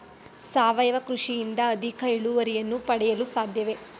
ಸಾವಯವ ಕೃಷಿಯಿಂದ ಅಧಿಕ ಇಳುವರಿಯನ್ನು ಪಡೆಯಲು ಸಾಧ್ಯವೇ?